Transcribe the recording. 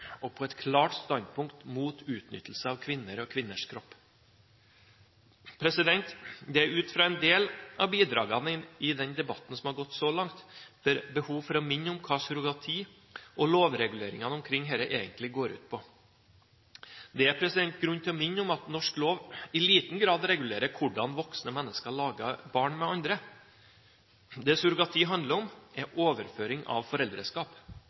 og på et klart standpunkt mot utnyttelse av kvinner og kvinners kropp. Det er ut fra en del av bidragene i den debatten som har gått så langt, behov for å minne om hva surrogati og lovreguleringene omkring dette egentlig går ut på. Det er grunn til å minne om at norsk lov i liten grad regulerer hvordan voksne mennesker lager barn med andre. Det surrogati handler om, er overføring av foreldreskap.